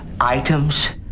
Items